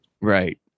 right